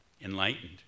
enlightened